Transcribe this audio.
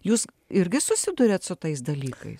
jūs irgi susiduriat su tais dalykais